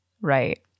right